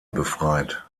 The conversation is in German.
befreit